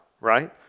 right